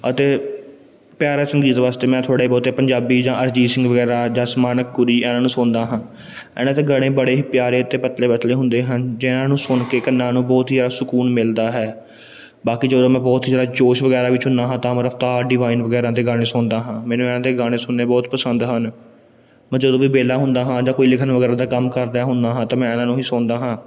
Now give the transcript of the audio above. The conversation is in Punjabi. ਅਤੇ ਪਿਆਰਾ ਸੰਗੀਤ ਵਾਸਤੇ ਮੈਂ ਥੋੜ੍ਹੇ ਬਹੁਤੇ ਪੰਜਾਬੀ ਜਾਂ ਅਰਜੀਤ ਸਿੰਘ ਵਗੈਰਾ ਜਸ ਮਾਨਕ ਗੁਰੀ ਇਹਨਾਂ ਨੂੰ ਸੁਣਦਾ ਹਾਂ ਇਹਨਾਂ ਦੇ ਗਾਣੇ ਬੜੇ ਹੀ ਪਿਆਰੇ ਅਤੇ ਪਤਲੇ ਪਤਲੇ ਹੁੰਦੇ ਹਨ ਜਿਹਨਾਂ ਨੂੰ ਸੁਣ ਕੇ ਕੰਨਾਂ ਨੂੰ ਬਹੁਤ ਹੀ ਜ਼ਿਆਦਾ ਸੁਕੂਨ ਮਿਲਦਾ ਹੈ ਬਾਕੀ ਜਦੋਂ ਮੈਂ ਬਹੁਤ ਹੀ ਜ਼ਿਆਦਾ ਜੋਸ਼ ਵਗੈਰਾ ਵਿੱਚ ਹੁੰਦਾ ਹਾਂ ਤਾਂ ਮੈਂ ਰਫਤਾਰ ਡਿਵਾਈਨ ਵਗੈਰਾ ਦੇ ਗਾਣੇ ਸੁਣਦਾ ਹਾਂ ਮੈਨੂੰ ਇਹਨਾਂ ਦੇ ਗਾਣੇ ਸੁਣਨੇ ਬਹੁਤ ਪਸੰਦ ਹਨ ਮੈਂ ਜਦੋਂ ਵੀ ਵੇਹਲਾ ਹੁੰਦਾ ਹਾਂ ਜਾਂ ਕੋਈ ਲਿਖਣ ਵਗੈਰਾ ਦਾ ਕੰਮ ਕਰ ਰਿਹਾ ਹੁੰਦਾ ਹਾਂ ਤਾਂ ਮੈਂ ਇਹਨਾਂ ਨੂੰ ਹੀ ਸੁਣਦਾ ਹਾਂ